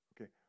Okay